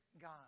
God